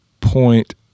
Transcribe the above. point